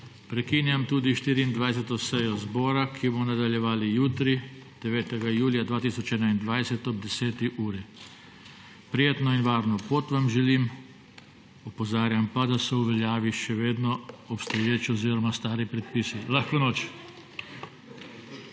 Prekinjam tudi 24. sejo zbora, ki jo bomo nadaljevali jutri, 9. julija 2021, ob 10. uri. Prijetno in varno pot vam želim, opozarjam pa, da so v veljavi še vedno obstoječi oziroma stari predpisi. Lahko noč.